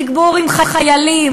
תגבור עם חיילים,